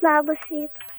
labas rytas